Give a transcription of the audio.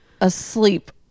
asleep